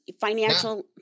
financial